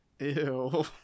Ew